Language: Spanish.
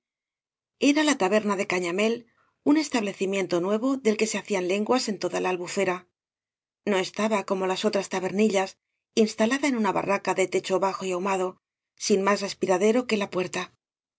era la taberna de cañamél un establecimiento nuevo del que se hacían lenguas en toda la albufera no estaba como las otras íabernillas instalada en una barraca de techo bajo y ahumado sin más respiradero que la puerta